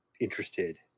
interested